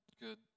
good